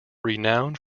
renowned